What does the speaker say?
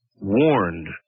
warned